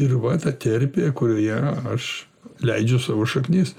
ir va ta terpė kurioje aš leidžiu savo šaknis